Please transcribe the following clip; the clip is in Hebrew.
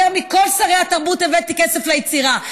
יותר מכל שרי התרבות הבאתי כסף ליצירה,